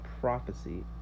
Prophecy